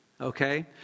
Okay